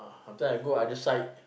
after I go I just sign